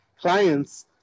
clients